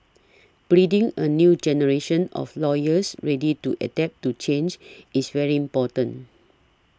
breeding a new generation of lawyers ready to adapt to change is very important